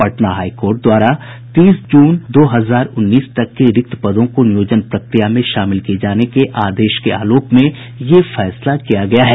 Patna high court द्वारा तीस जून दो हजार उन्नीस तक के रिक्त पदों को नियोजन प्रक्रिया में शामिल किये जाने के आदेश के आलोक में यह फैसला किया गया है